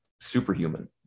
superhuman